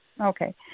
Okay